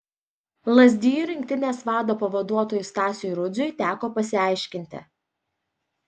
lazdijų rinktinės vado pavaduotojui stasiui rudziui teko pasiaiškinti